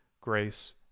grace